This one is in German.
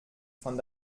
fand